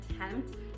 attempt